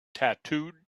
tattooed